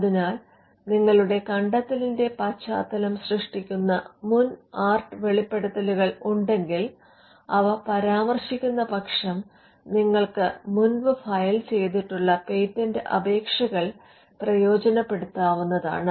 അതിനാൽ നിങ്ങളുടെ കണ്ടെത്തലിന്റെ പശ്ചാത്തലം സൃഷ്ടിക്കുന്ന മുൻ ആർട്ട് വെളിപ്പെടുത്തലുകൾ ഉണ്ടെങ്കിൽ അവ പരാമർശിക്കുന്ന പക്ഷം നിങ്ങൾക്ക് മുൻപ് ഫയൽ ചെയ്യപ്പെട്ടിട്ടുള്ള പേറ്റന്റ് അപേക്ഷകൾ പ്രയോജനപ്പെടുത്താവുന്നതാണ്